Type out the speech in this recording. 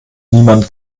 niemand